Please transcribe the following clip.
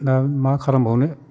दा मा खालामबावनो